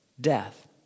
death